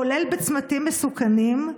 כולל בצמתים מסוכנים,